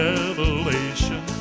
Revelation